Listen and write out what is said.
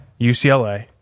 UCLA